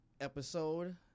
episode